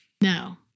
No